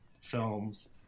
films